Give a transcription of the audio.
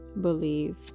believe